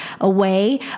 away